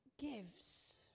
gives